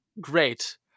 great